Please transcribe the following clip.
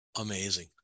Amazing